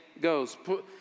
goes